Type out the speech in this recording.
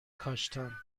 کاشتم